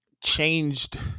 changed